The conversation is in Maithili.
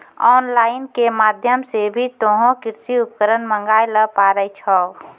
ऑन लाइन के माध्यम से भी तोहों कृषि उपकरण मंगाय ल पारै छौ